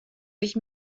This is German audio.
sich